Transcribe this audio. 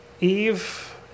Eve